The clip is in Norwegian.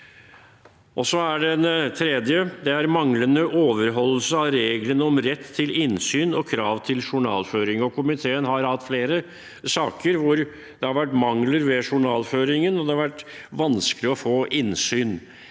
er manglende overholdelse av reglene om rett til innsyn og krav til journalføring. Komiteen har hatt flere saker hvor det har vært mangler ved journalføringen og vanskelig å få innsyn.